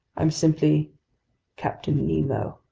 i'm simply captain nemo